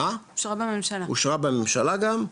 אושרה בממשלה גם,